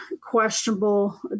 questionable